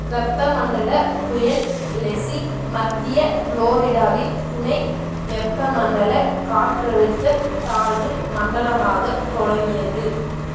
வெப்பமண்டல புயல் லெஸ்லி மத்திய ஃப்ளோரிடாவில் துணை வெப்பமண்டல காற்றழுத்த தாழ்வு மண்டலமாக தொடங்கியது